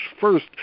first